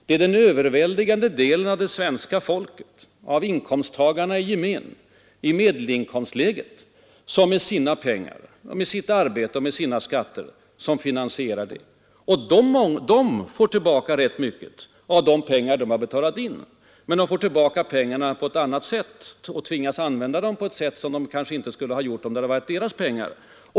Det är den övervägande delen av svenska folket, inkomsttagarna i gemen i medelinkomstläget, som med sina pengar, sitt arbete och sina skatter finansierar statsutgifterna. Och de får tillbaka rätt mycket av de pengar som de har betalat in, men de får tillbaka pengarna på ett annat sätt och tvingas använda dem på ett annat sätt än de kanske skulle ha gjort, om pengarna hade varit deras egna hela tiden.